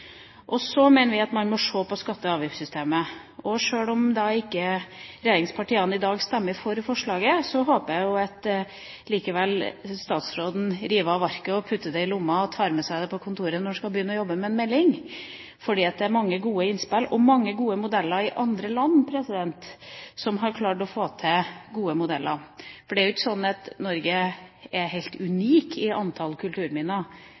Så mener vi at man må se på skatte- og avgiftssystemet. Sjøl om regjeringspartiene i dag ikke stemmer for forslaget, håper jeg likevel at statsråden river ut arket, putter det i lommen og tar det med seg på kontoret til han skal begynne å jobbe med en melding. Det er mange gode innspill fra andre land som har klart å få til gode modeller, for det er ikke sånn at Norge er helt unikt i antall kulturminner.